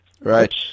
Right